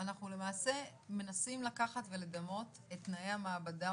אנחנו למעשה מנסים לקחת ולדמות את תנאי המעבדה,